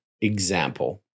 example